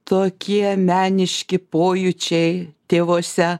tokie meniški pojūčiai tėvuose